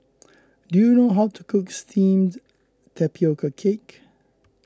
do you know how to cook Steamed Tapioca Cake